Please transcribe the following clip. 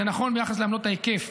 זה נכון ביחס לעמלות ההיקף,